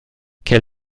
quel